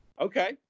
Okay